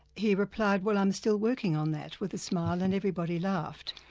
he replied well, i'm still working on that with a smile and everybody laughed.